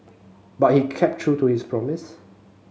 but he kept true to his promise